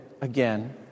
again